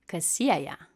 kas sieja